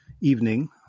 evening